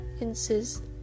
insist